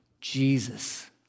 Jesus